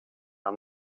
amb